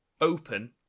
open